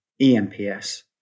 EMPS